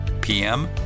PM